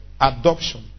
Adoption